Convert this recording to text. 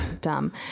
Dumb